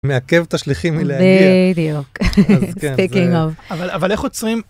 מעכב את השליחים, בדיוק, אבל איך עוצרים.